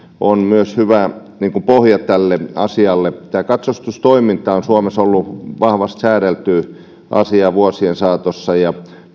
ovat myös hyvä pohja tälle asialle katsastustoiminta on suomessa ollut vahvasti säädelty asia vuosien saatossa ja